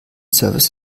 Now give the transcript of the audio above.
service